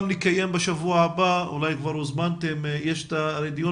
בשבוע הבא נקיים אולי כבר הוזמנתם דיון